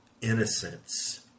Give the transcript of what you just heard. innocence